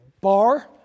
bar